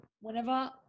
whenever